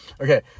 Okay